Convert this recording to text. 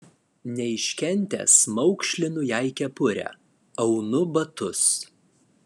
neiškentęs maukšlinu jai kepurę aunu batus